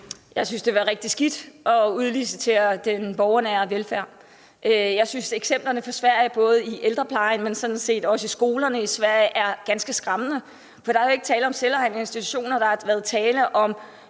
Jeg synes, det ville være rigtig skidt at udlicitere den borgernære velfærd. Jeg synes, eksemplerne fra Sverige – både i ældreplejen og sådan set også i skolerne i Sverige – er ganske skræmmende, for der er ikke tale om selvejende institutioner. Der har været tale om